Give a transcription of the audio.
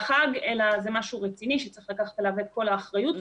אלא זה משהו רציני שצריך לקחת עליו את כל האחריות,